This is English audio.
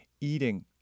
eating